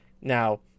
now